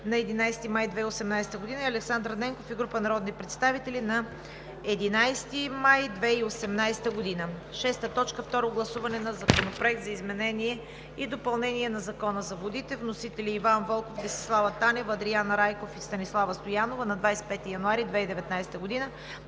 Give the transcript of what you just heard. на 11 май 2018 г.; Александър Ненков и група народни представители на 11 май 2018 г. 6. Второ гласуване на Законопроекта за изменение и допълнение на Закона за водите. Вносители: Иван Вълков, Десислава Танева, Андриан Райков и Станислава Стоянова на 25 януари 2019 г.